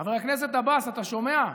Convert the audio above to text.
חבר הכנסת עבאס, אתה שומע?